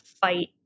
fight